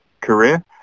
career